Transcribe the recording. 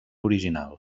original